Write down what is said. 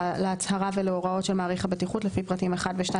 להצהרה ולהוראות של מעריך הבטיחות לפי פרטים 1 ו-2,